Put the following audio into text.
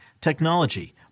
technology